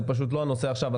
זה פשוט לא הנושא עכשיו,